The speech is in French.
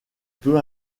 peu